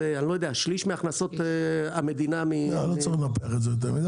אולי שליש מהכנסות המדינה --- לא צריך לנפח את זה יותר מדי,